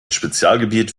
spezialgebiet